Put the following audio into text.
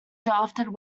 drafted